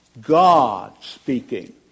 God-speaking